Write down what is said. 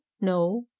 no